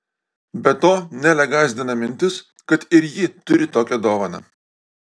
be to nelę gąsdina mintis kad ir ji turi tokią dovaną